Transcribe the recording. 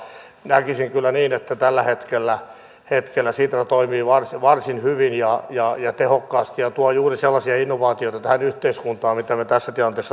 näkisin kyllä niin että tällä hetkellä sitra toimii varsin hyvin ja tehokkaasti ja tuo juuri sellaisia innovaatioita tähän yhteiskuntaan mitä me tässä tilanteessa tarvitsemme